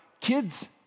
kids